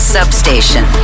Substation